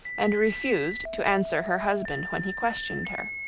and refused to answer her husband when he questioned her.